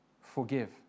forgive